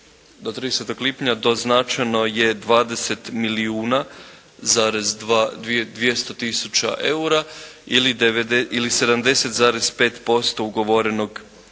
Do 30. lipnja doznačeno je 20 milijuna za 200 tisuća eura ili 70,5% ugovorenog